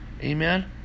Amen